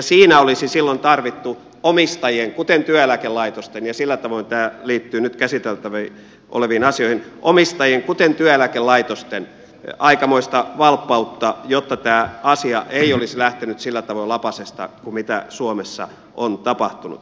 siinä olisi silloin tarvittu omistajien kuten työeläkelaitosten ja sillä tavoin tämä liittyy nyt käsiteltävä oleviin asioihin aikamoista valppautta jotta tämä asia ei olisi lähtenyt sillä tavoin lapasesta kuin suomessa on tapahtunut